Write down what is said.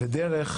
ודרך,